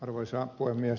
arvoisa puhemies